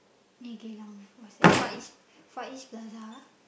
in Geylang what's that Far East Far-East-Plaza